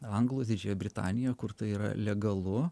anglus didžiąją britaniją kur tai yra legalu